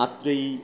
Atreyi